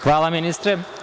Hvala ministre.